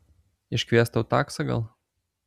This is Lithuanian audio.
iškviest tau taksą gal